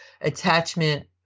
attachment